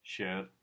Share